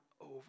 over